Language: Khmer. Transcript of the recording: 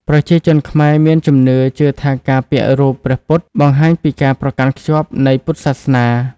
ប្រជាជនខ្មែរ មានជំនឿជឿថាការពាក់រូបព្រះពុទ្ធបង្ហាញពីការប្រកាន់ខ្ជាប់នៃពុទ្ធសាសនា។